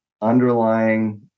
underlying